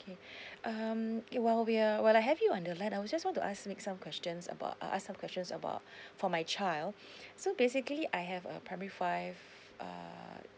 okay um while we are while I have you on the line I will just want to ask make some questions about a~ ask some questions about for my child so basically I have a primary five err